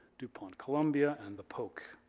dupont-columbia and the polk.